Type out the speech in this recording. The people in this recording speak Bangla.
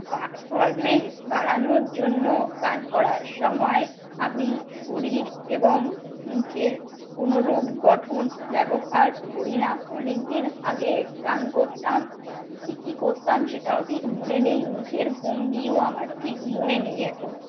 পারফরমেন্স বাড়ানোর জন্য গান করার সময়ে আমি শরীর এবং মুখের কোনোরূপ গঠন ব্যবহার করি না অনেকদিন আগে গান করতাম কী কী করতাম সেটাও ঠিক মনে নেই মুখের ভঙ্গিও আমার ঠিক মনে নেই এখন